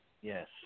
Yes